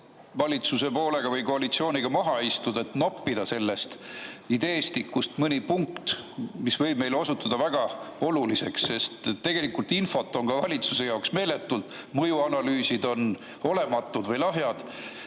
valitsuse või koalitsiooniga maha istuda, et noppida sellest ideestikust mõni punkt, mis võib osutuda meile väga oluliseks? Tegelikult on infot ka valitsuse jaoks meeletult palju ja mõjuanalüüsid on olematud või lahjad.